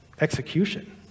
execution